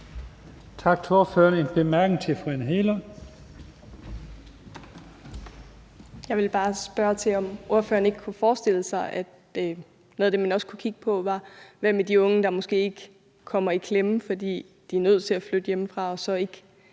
til fru Anne Hegelund. Kl. 18:50 Anne Hegelund (EL): Jeg vil bare spørge, om ordføreren ikke kunne forestille sig, at noget af det, man også kunne kigge på, var, hvem de unge er, der måske kommer i klemme, fordi de er nødt til at flytte hjemmefra og så ikke